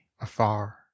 afar